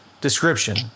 Description